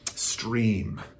Stream